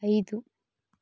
ಐದು